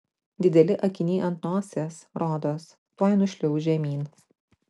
dideli akiniai ant nosies rodos tuoj nušliauš žemyn